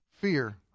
fear